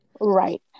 Right